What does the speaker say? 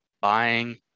buying